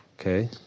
Okay